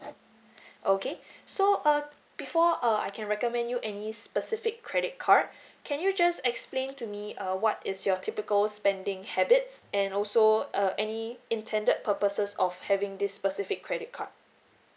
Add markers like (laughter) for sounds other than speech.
(breath) okay so uh before uh I can recommend you any specific credit card (breath) can you just explain to me uh what is your typical spending habits and also uh any intended purposes of having this specific credit card